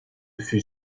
fut